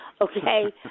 okay